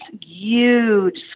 huge